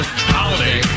Holiday